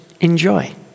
enjoy